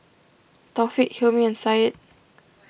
Taufik Hilmi and Syed